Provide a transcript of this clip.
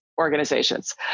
organizations